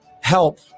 help